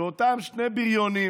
שאותם שני בריונים